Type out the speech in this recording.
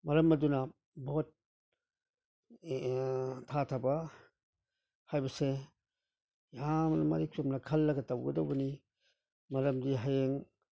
ꯃꯔꯝ ꯑꯗꯨꯅ ꯚꯣꯠ ꯊꯥꯗꯕ ꯍꯥꯏꯕꯁꯦ ꯌꯥꯝꯅ ꯃꯔꯤꯛ ꯆꯨꯝꯅ ꯈꯜꯂꯒ ꯇꯧꯒꯗꯧꯕꯅꯤ ꯃꯔꯝꯗꯤ ꯍꯌꯦꯡ